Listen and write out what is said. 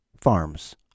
farms